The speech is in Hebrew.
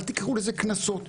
אל תקראו לזה קנסות,